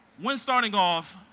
when starting off,